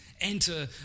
enter